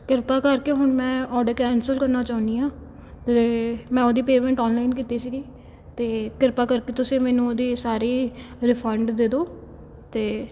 ਕਿਰਪਾ ਕਰਕੇ ਹੁਣ ਮੈਂ ਆਰਡਰ ਕੈਂਸਲ ਕਰਨਾ ਚਾਹੁੰਦੀ ਹਾਂ ਅਤੇ ਮੈਂ ਉਹਦੀ ਪੇਮੈਂਟ ਔਨਲਾਈਨ ਕੀਤੀ ਸੀਗੀ ਅਤੇ ਕਿਰਪਾ ਕਰਕੇ ਤੁਸੀਂ ਮੈਨੂੰ ਉਹਦੀ ਸਾਰੀ ਰਿਫੰਡ ਦੇ ਦਿਓ ਅਤੇ